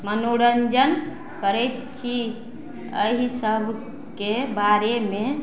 मनोरञ्जन करैत छी एहि सभके बारेमे